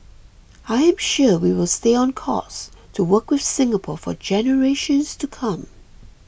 I'm sure we will stay on course to work with Singapore for generations to come